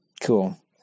Cool